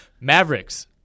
mavericks